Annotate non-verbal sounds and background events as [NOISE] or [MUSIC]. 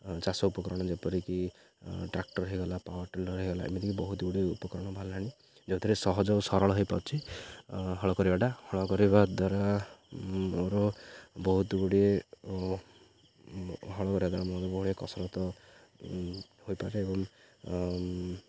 ଚାଷ ଉପକରଣ ଯେପରିକି ଟ୍ରାକ୍ଟର ହୋଇଗଲା ପାୱାର ଟିଲର ହୋଇଗଲା ଏମିତିି ବହୁତଗୁଡ଼ିଏ ଉପକରଣ ବାହାରିଲାଣି ଯେଉଁଥିରେ ସହଜ ଓ ସରଳ ହୋଇପାରୁଛି ହଳ କରିବାଟା ହଳ କରିବା ଦ୍ୱାରା ମୋର ବହୁତଗୁଡ଼ିଏ ହଳ କରିବା ଦ୍ୱାରା [UNINTELLIGIBLE] କସରତ ହୋଇପାରେ ଏବଂ